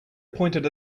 pointed